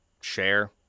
Share